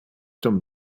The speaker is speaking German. dumm